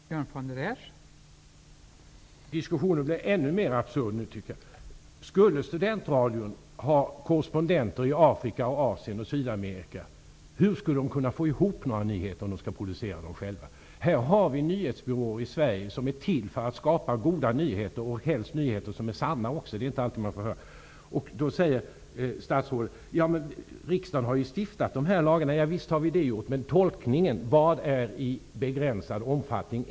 Fru talman! Jag tycker att diskussionen nu blivit ännu mer absurd. Skulle studentradion ha korrenspondenter i Afrika, Asien och Sydamerika? Hur skulle de kunna få ihop några nyheter om de skulle producera dem själva? Vi har i Sverige nyhetsbyråer som är till för att skapa goda nyheter, och helst också nyheter som är sanna. Det är inte alltid man får höra det. Då säger statsrådet: Men riksdagen har ju stiftat dessa lagar. Ja, visst har vi det, men det gäller här tolkningen av ''i begränsad omfattning''.